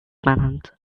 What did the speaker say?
manhunt